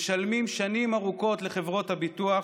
משלמים שנים ארוכות לחברות הביטוח,